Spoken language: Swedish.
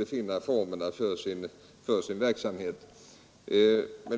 att finna formerna för sin verksamhet.